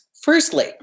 Firstly